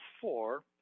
four